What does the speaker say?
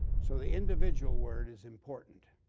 so the individual word is important.